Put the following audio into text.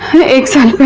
except